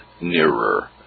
nearer